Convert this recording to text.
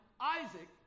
Isaac